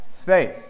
faith